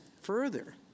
further